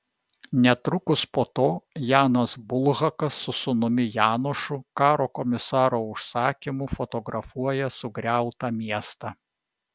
netrukus po to janas bulhakas su sūnumi janošu karo komisaro užsakymu fotografuoja sugriautą miestą